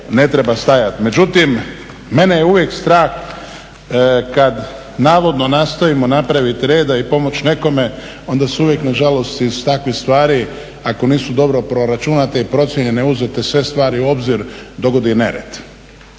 ne treba stajati. Međutim, mene je uvijek strah kad navodno nastojimo napraviti reda i pomoći nekome, onda se uvijek nažalost iz takvih stvari, ako nisu dobro proračunate i procijenjene, uzete sve stvari u obzir dogodi nered.